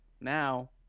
now